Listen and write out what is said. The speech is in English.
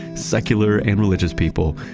secular and religious people,